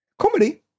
comedy